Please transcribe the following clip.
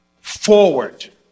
forward